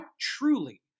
truly